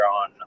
on